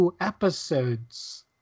episodes